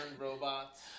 robots